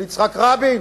של יצחק רבין,